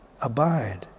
abide